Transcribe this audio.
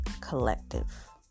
Collective